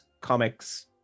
comics